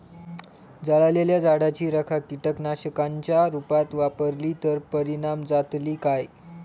जळालेल्या झाडाची रखा कीटकनाशकांच्या रुपात वापरली तर परिणाम जातली काय?